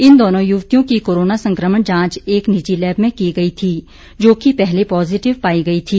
इन दोनो युवतियों की कोरोना संकमण जांच एक निजी लैब में की गई थी जोकि पहले पॉजिटिव पाई गई थी